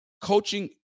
coaching